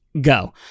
go